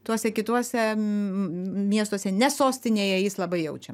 tuose kituose m miestuose ne sostinėje jis labai jaučia